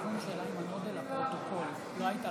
לא נתקבלה.